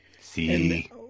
See